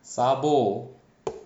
sabo